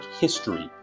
history